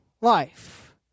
life